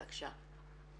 בבקשה.